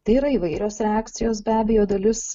tai yra įvairios reakcijos be abejo dalis